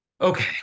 Okay